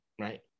right